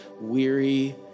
weary